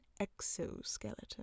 exoskeleton